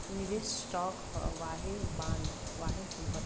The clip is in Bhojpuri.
निवेस स्टॉक ह वाहे बॉन्ड, वाहे संपत्ति